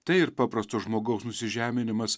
tai ir paprasto žmogaus nusižeminimas